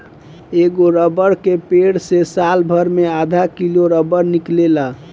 एगो रबर के पेड़ से सालभर मे आधा किलो रबर निकलेला